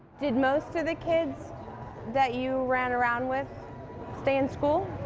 did most of the kids that you ran around with stay in school?